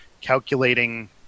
calculating